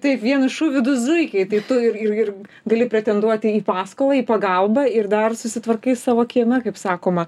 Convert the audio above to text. taip vienu šūviu du zuikiai tai tu ir ir ir gali pretenduoti į paskolą į pagalbą ir dar susitvarkai savo kieme kaip sakoma